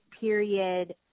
period